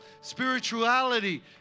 spirituality